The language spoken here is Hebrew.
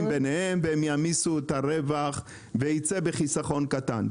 ביניהם והם יעמיסו את הרווח וייצא חיסכון קטן.